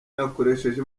yakoresheje